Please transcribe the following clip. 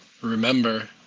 remember